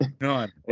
None